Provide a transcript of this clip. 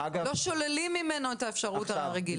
לא שוללים ממנו את האפשרות הרגילה.